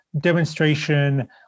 demonstration